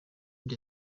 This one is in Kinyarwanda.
bya